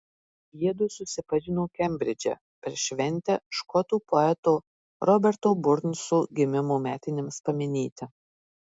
jiedu susipažino kembridže per šventę škotų poeto roberto burnso gimimo metinėms paminėti